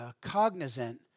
cognizant